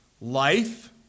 life